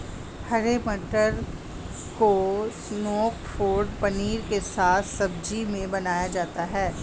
हरे मटर को snack food paneer के साथ सब्जी में बनाया जाता है